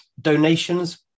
Donations